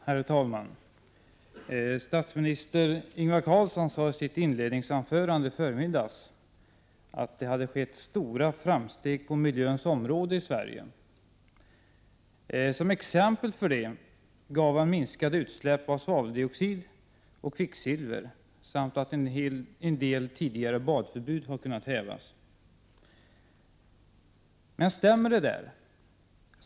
Herr talman! Statsminister Ingvar Carlsson sade i sitt inledningsanförande i förmiddags att det hade skett stora framsteg på miljöns område i Sverige. Som exempel nämnde han minskade utsläpp av svaveldioxid och kvicksilver samt att en del tidigare badförbud har kunnat hävas. Stämmer det där?